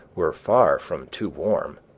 were far from too warm,